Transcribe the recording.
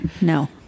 No